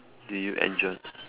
do you enjoy